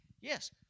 Yes